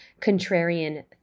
contrarian